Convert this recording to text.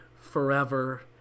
forever